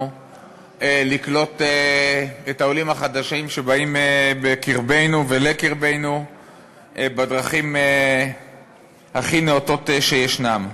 לקלוט את העולים החדשים שבאים בקרבנו ולקרבנו בדרכים הכי נאותות שישנן.